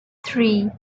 three